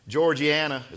Georgiana